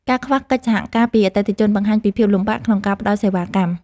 ការខ្វះកិច្ចសហការពីអតិថិជន បង្ហាញពីភាពលំបាកក្នុងការផ្ដល់សេវាកម្ម។